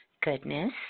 goodness